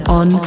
on